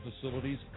facilities